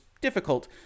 difficult